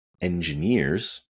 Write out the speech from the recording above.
engineers